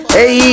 Hey